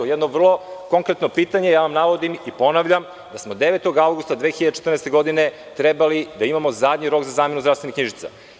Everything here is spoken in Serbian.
Jedno vrlo konkretno pitanje, navodim vam i ponavljam da smo 9. avgusta 2014. godine trebali da imamo zadnji rok za zamenu zdravstvenih knjižica.